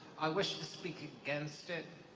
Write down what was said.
i wish to speak against it,